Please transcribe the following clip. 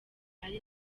ari